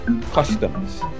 customs